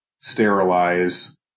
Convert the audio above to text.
sterilize